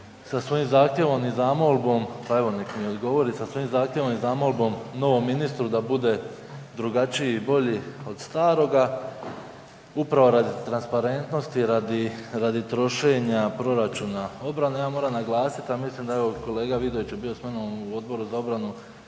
sa svojim zahtjevom i zamolbom, pa evo neka mi odgovori, sa svojim zahtjevom i zamolbom novom ministru da bude drugačiji i bolji od staroga upravo radi transparentnosti, radi trošenja proračuna obrane. Ja moram naglasiti a mislim da je evo kolega Vidović bio sa mnom u Odboru za obranu,